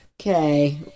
Okay